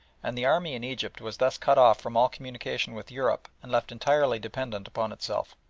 and the army in egypt was thus cut off from all communication with europe and left entirely dependent upon itself.